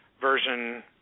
version